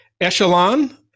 echelon